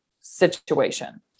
situation